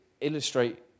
illustrate